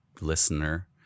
listener